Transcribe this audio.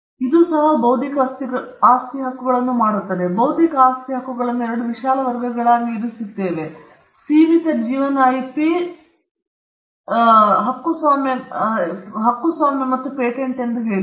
ಇದು ಬೌದ್ಧಿಕ ಆಸ್ತಿ ಹಕ್ಕುಗಳನ್ನು ಮಾಡುತ್ತದೆ ಇದು ಬೌದ್ಧಿಕ ಆಸ್ತಿ ಹಕ್ಕುಗಳನ್ನು ಎರಡು ವಿಶಾಲ ವರ್ಗಗಳಾಗಿ ಇರಿಸುತ್ತದೆ ಸೀಮಿತ ಜೀವನ ಐಪಿ ಹಕ್ಕುಸ್ವಾಮ್ಯಗಳನ್ನು ಮತ್ತು ಪೇಟೆಂಟ್ಗಳೆಂದು ನಾನು ಹೇಳಿದೆ